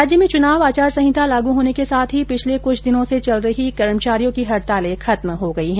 राज्य में चुनाव आचार संहिता लागू होने के साथ पिछले कुछ दिनों से चल रही कर्मचारियों की हड़ताले खत्म हो गई है